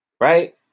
right